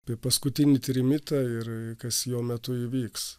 per paskutinį trimitą ir kas jo metu įvyks